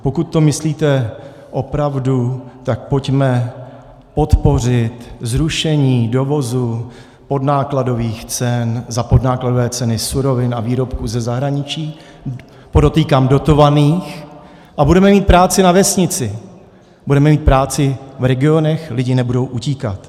Pokud to myslíte opravdu, tak pojďme podpořit zrušení dovozu podnákladových cen (?) za podnákladové ceny surovin a výrobků ze zahraničí, podotýkám dotovaných, a budeme mít práci na vesnici, budeme mít práci v regionech, lidi nebudou utíkat.